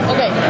Okay